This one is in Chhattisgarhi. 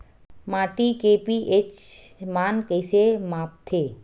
माटी के पी.एच मान कइसे मापथे?